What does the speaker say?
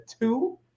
two